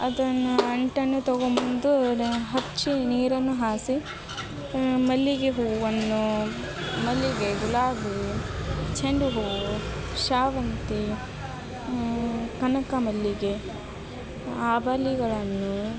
ಅದನ್ನು ಅಂಟನ್ನು ತಗೊಂಡ್ಬಂದು ನ ಹಚ್ಚಿ ನೀರನ್ನು ಹಾಸಿ ಮಲ್ಲಿಗೆ ಹೂವನ್ನು ಮಲ್ಲಿಗೆ ಗುಲಾಬಿ ಚೆಂಡು ಹೂವು ಶಾವಂತಿ ಕನಕ ಮಲ್ಲಿಗೆ ಆಬಲಿಗಳನ್ನೂ